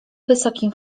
wysokim